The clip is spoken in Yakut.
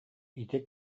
ити